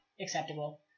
acceptable